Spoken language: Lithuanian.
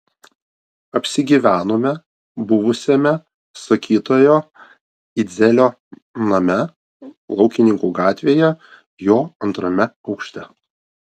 apsigyvenome buvusiame sakytojo idzelio name laukininkų gatvėje jo antrame aukšte